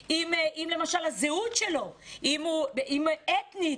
אם הזהות שלו אתנית,